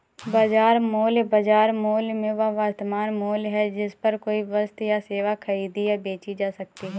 बाजार मूल्य, बाजार मूल्य में वह वर्तमान मूल्य है जिस पर कोई वस्तु या सेवा खरीदी या बेची जा सकती है